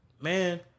man